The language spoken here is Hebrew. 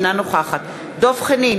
אינה נוכחת דב חנין,